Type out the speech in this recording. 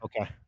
Okay